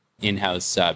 in-house